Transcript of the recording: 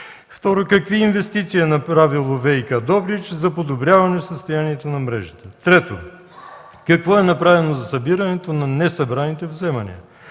Второ: какви инвестиции е направило ВиК – Добрич, за подобряване състоянието на мрежата? Трето: какво е направено за събирането на несъбраните вземания?